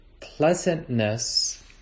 pleasantness